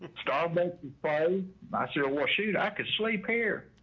but ah bye, bye not sure well shoot, i could sleep hair.